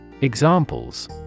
Examples